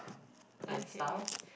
and stuff